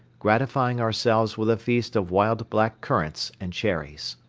gratifying ourselves with a feast of wild black currants and cherries.